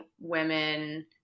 women